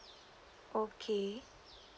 okay